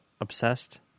Obsessed